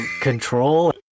Control